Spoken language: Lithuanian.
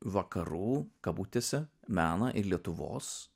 vakarų kabutėse meną ir lietuvos